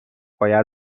باید